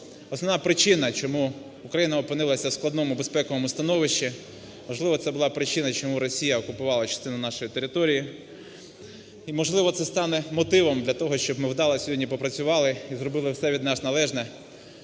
основна причина, чому Україна опинилася в складному безпековому становищі. Можливо, це була причина, чому Росія окупувала частину нашої території. І, можливо, це стане мотивом для того, щоб ми вдало сьогодні попрацювали і зробили все від нас належне,